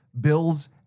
bills